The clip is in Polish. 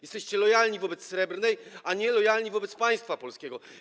Jesteście lojalni wobec Srebrnej, a nie lojalni wobec państwa polskiego.